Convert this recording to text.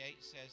says